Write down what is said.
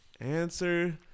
answer